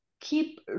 keep